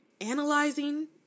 analyzing